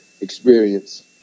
experience